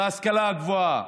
בהשכלה הגבוהה.